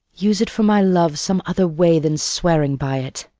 use it for my love some other way than swearing by it.